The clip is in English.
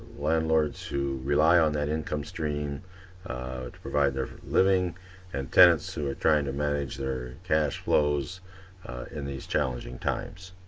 landlords who rely on that income stream to provide their living and tenants who are trying to manage their cash flows in these challenging times.